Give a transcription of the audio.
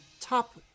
top